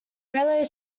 raleigh